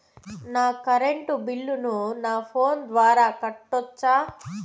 నా కరెంటు బిల్లును నా ఫోను ద్వారా కట్టొచ్చా?